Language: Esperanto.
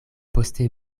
poste